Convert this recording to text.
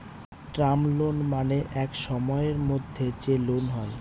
term loan মানে এক সময়ের মধ্যে যে লোন হয়